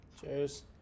Cheers